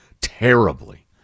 terribly